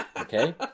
Okay